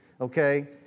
Okay